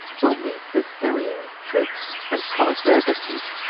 will meet the tyrrhene troops, and promise their defeat.